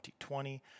2020